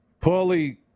Paulie